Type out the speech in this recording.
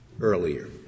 earlier